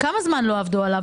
כמה זמן לא עבדו עליו?